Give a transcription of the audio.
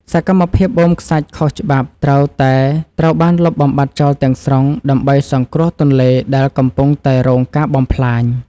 សកម្មភាពបូមខ្សាច់ខុសច្បាប់ត្រូវតែត្រូវបានលុបបំបាត់ចោលទាំងស្រុង ដើម្បីសង្គ្រោះទន្លេដែលកំពុងតែរងការបំផ្លាញ។